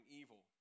evil